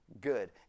good